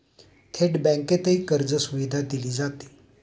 थेट बँकेतही कर्जसुविधा दिली जाते